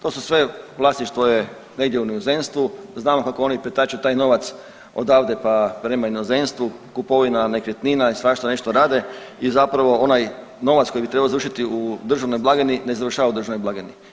To su sve, vlasništvo je negdje u inozemstvu, znamo kako oni pretaču taj novac odavde pa prema inozemstvu, kupovina nekretnina i svašta nešto rade i zapravo onaj novac koji bi trebao završiti u državnoj blagajni ne završava u državnoj blagajni.